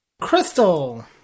Crystal